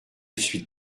suis